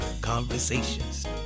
conversations